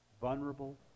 Vulnerable